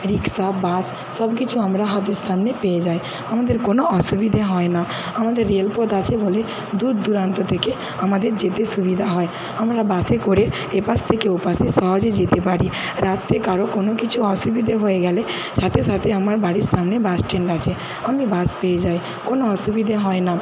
রিক্সা bus সব কিছু আমরা হাতের সামনে পেয়ে যায় আমাদের কোনো অসুবিধে হয় না আমাদের রেলপথ আছে বলে দূর দূরান্ত থেকে আমাদের যেতে সুবিধা হয় আমরা বাসে করে এপাশ থেকে ওপাশে সহজে যেতে পারি রাতে কারও কোনো কিছু অসুবিধে হয়ে গেলে সাথে সাথে আমরা বাড়ির সামনে বাসস্ট্যান্ড আছে ওমনি বাস পেয়ে যাই কোনো অসুবিধে হয় না